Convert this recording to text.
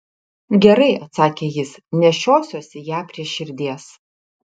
gerai atsakė jis nešiosiuosi ją prie širdies